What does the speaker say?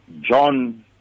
John